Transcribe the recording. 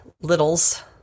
littles